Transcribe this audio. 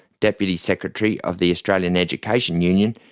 deputy secretary of the australian education union,